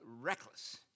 Reckless